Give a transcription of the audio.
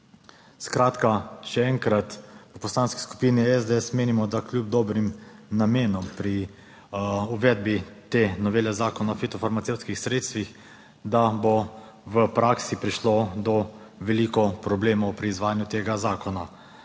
Skratka, še enkrat, v Poslanski skupini SDS menimo, da bo kljub dobrim namenom pri uvedbi te novele Zakona o fitofarmacevtskih sredstvih, v praksi prišlo do veliko problemov pri izvajanju tega zakona.